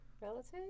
relative